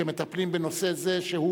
שמטפלים בנושא זה,